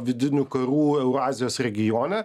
vidinių karų eurazijos regione